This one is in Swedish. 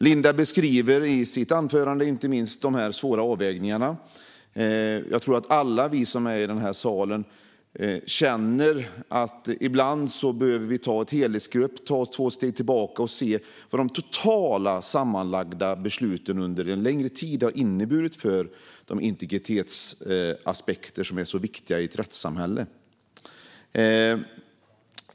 Linda Westerlund Snecker beskriver i sitt anförande dessa svåra avvägningar. Jag tror att alla vi i den här salen känner att vi ibland behöver ta ett helhetsgrepp, ta två steg tillbaka och se vad de totala sammanlagda besluten under en längre tid har inneburit för de integritetsaspekter som är så viktiga i ett rättssamhälle.